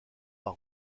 par